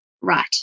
Right